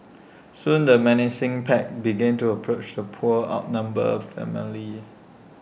soon the menacing pack began to approach the poor outnumbered family